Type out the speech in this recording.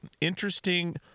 interesting